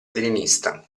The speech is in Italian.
leninista